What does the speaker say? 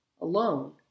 alone